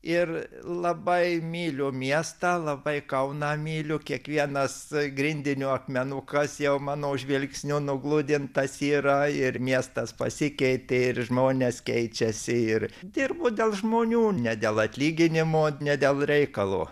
ir labai myliu miestą labai kauną myliu kiekvienas grindinio akmenukas jau mano žvilgsnio nugludintas yra ir miestas pasikeitė ir žmonės keičiasi ir dirbu dėl žmonių ne dėl atlyginimo ne dėl reikalo